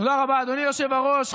תודה רבה, אדוני היושב-ראש.